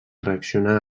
reaccionar